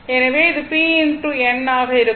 எனவே இது p n ஆக இருக்கும்